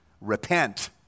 Repent